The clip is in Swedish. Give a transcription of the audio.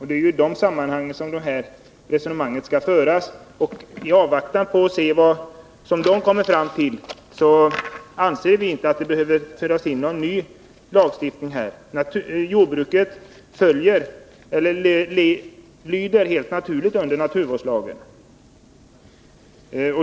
Det är också i detta sammanhang resonemanget skall föras, och vi anser att i avvaktan på vad man kommer fram till behöver det inte införas någon ny lagstiftning här. Jordbruket lyder helt naturligt under naturvårdslagen.